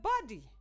body